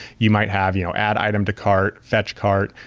you might have you know add item to cart, fetch cart,